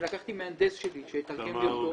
לקחתי מהנדס שלי שיתרגם לי אותו.